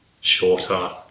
shorter